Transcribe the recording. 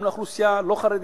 גם לאוכלוסייה הלא-חרדית.